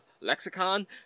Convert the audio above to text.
lexicon